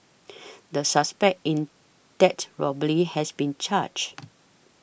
the suspect in that robbery has been charged